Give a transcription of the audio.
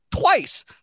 twice